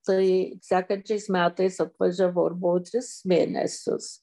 tai sekančiais metais atvažiavau ir buvau tris mėnesius